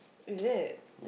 is it